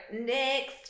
next